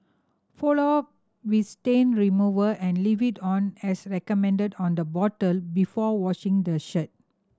follow up with stain remover and leave it on as recommended on the bottle before washing the shirt